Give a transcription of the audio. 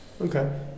okay